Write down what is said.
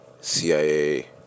CIA